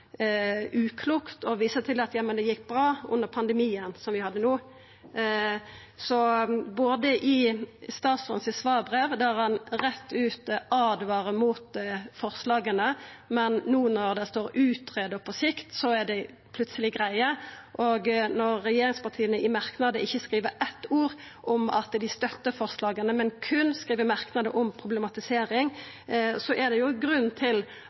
uklokt å visa til at det gjekk bra under pandemien som vi hadde no. I statsråden sitt svarbrev åtvarar han rett ut mot forslaga, men no, når det står «utrede» og på sikt, er dei plutseleg greie. Og når regjeringspartia i merknader ikkje skriv eitt ord om at dei støttar forslaga, men berre skriv merknader om problematisering, er det grunn til